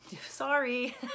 Sorry